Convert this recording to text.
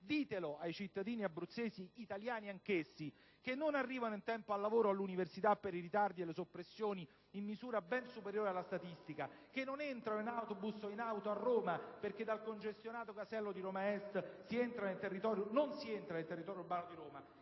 Ditelo ai cittadini abruzzesi, italiani anch'essi, che non arrivano in tempo al lavoro o all'università per i ritardi e le soppressioni in misura ben superiore alla statistica, che non entrano in autobus o in auto a Roma, perché dal congestionato casello di Roma Est non si entra nel territorio urbano di Roma,